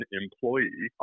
employee